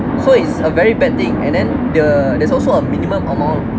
so it's uh very bending and then the there's also a minimum amount